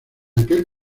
aquel